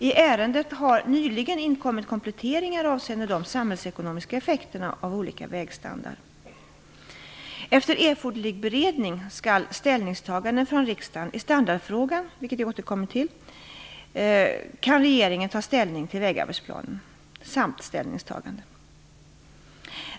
I ärendet har nyligen inkommit kompletteringar avseende de samhällsekonomiska effekterna av olika vägstandard. Efter erforderlig beredning samt ställningstagande från riksdagen i standardfrågan, vilket jag återkommer till, kan regeringen ta ställning till vägarbetsplanen.